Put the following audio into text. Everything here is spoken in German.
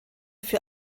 für